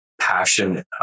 passion